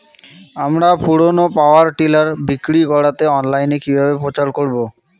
আমার পুরনো power tiller বিক্রি করাতে অনলাইনে কিভাবে প্রচার করব?